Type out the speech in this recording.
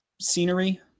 scenery